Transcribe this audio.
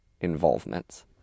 involvements